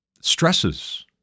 stresses